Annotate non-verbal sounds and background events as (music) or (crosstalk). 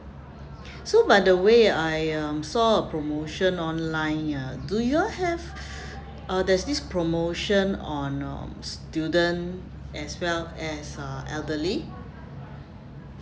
(breath) so by the way I um saw a promotion online ah do you all have (breath) uh there's this promotion on on student as well as uh elderly